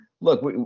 look